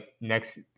next